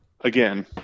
Again